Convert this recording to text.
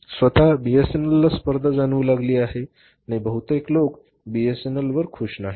स्वत बीएसएनएलला स्पर्धा जाणवू लागली आहे आणि बहुतेक लोक बीएसएनएलवर खूष नाहीत